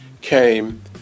came